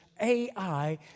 AI